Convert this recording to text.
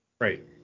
right